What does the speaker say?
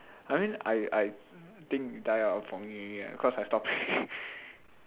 I mean I I think die out for me already cause I stop